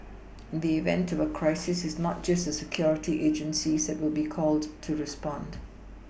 in the event of a crisis it's not just the security agencies that will be called to respond